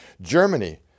Germany